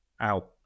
out